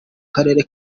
karere